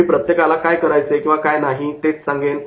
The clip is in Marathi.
मी प्रत्येकाला काय करायचे किंवा काय करायचे नाही तेच सांगेन